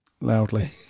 loudly